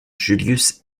julius